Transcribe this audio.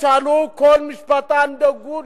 תשאלו כל משפטן דגול,